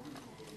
קודם כול,